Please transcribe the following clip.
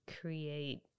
create